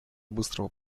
быстрого